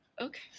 Okay